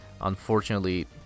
Unfortunately